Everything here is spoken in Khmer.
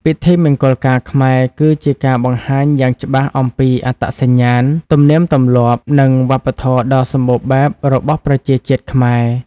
ពិធីមង្គលការខ្មែរ គឺជាការបង្ហាញយ៉ាងច្បាស់អំពី អត្តសញ្ញាណ ទំនៀមទម្លាប់ និងវប្បធម៌ដ៏សម្បូរបែប របស់ប្រជាជាតិខ្មែរ ។